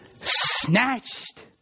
Snatched